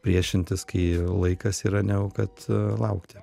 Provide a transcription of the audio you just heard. priešintis kai laikas yra negu kad laukti